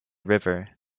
river